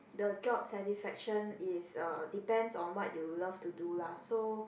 the job satisfaction is uh depends on what you love to do lah so